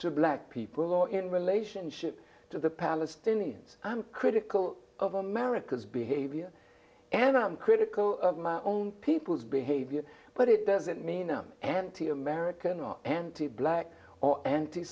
to black people in relationship to the palestinians i'm critical of america's behavior and i'm critical of my own people's behavior but it doesn't mean i'm anti american are anti black or anti